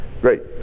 great